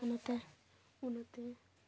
ᱚᱱᱟᱛᱮ ᱚᱱᱟᱛᱮ